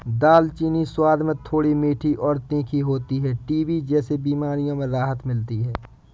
दालचीनी स्वाद में थोड़ी मीठी और तीखी होती है टीबी जैसी बीमारियों में राहत मिलती है